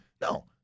No